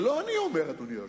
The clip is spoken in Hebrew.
שלא אני אומר, אדוני היושב-ראש,